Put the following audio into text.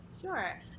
Sure